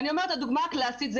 הדוגמה הקלאסית,